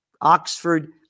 Oxford